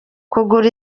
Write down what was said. kugura